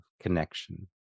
connection